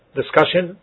discussion